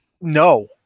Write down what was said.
No